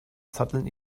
zotteln